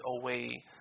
away